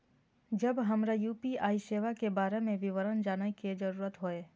जब हमरा यू.पी.आई सेवा के बारे में विवरण जानय के जरुरत होय?